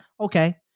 Okay